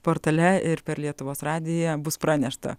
portale ir per lietuvos radiją bus pranešta